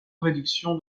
réduction